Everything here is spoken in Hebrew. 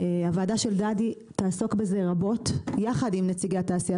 הוועדה של דדי תעסוק בזה רבות יחד עם נציגי התעשייה